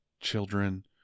children